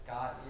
God